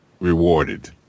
rewarded